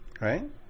right